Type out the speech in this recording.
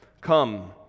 Come